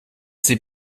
sie